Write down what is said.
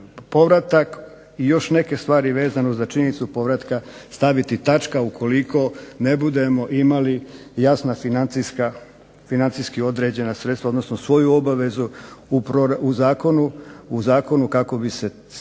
povratak i još neke stvari vezano za činjenicu povratka staviti točka ukoliko ne budemo imali jasna financijski određena sredstva, odnosno svoju obavezu u zakonu kako bi se osigurala